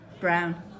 Brown